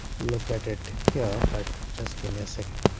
look at it here, but just give me a second.